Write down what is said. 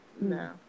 No